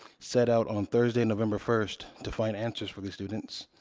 set out on thursday, november first to find answers for these students